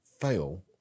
fail